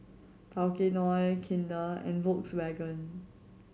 Tao Kae Noi Kinder and Volkswagen